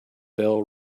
bell